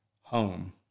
home